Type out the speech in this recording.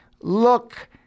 look